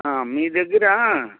మీ దగ్గర